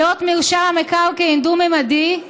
בהיות מרשם המקרקעין דו-ממדי,